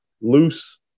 Loose